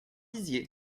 dizier